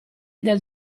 del